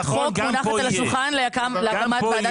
הצעת חוק מונחת על השולחן להקמת ועדת פיקוח על הרווחה.